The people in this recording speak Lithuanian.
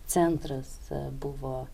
centras buvo